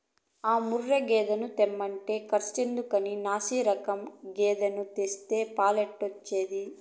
ఆ ముర్రా గేదెను తెమ్మంటే కర్సెందుకని నాశిరకం గేదెను తెస్తే పాలెట్టొచ్చేది